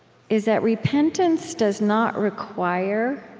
is that repentance does not require